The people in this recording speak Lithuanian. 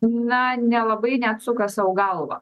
na nelabai net suka sau galvą